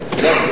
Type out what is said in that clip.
אני מבין,